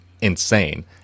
insane